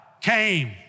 came